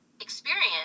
experience